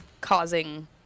causing